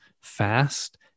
fast